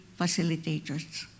facilitators